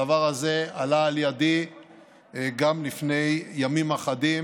הדבר הזה הועלה על ידי גם לפני ימים אחדים